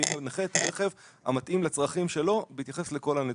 מתאימים לנכה רכב המתאים לצרכים שלו בהתייחס לכל הנתונים.